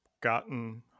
gotten